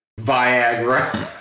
Viagra